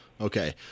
Okay